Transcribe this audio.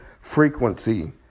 frequency